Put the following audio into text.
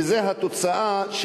וזה התוצאה,